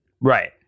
right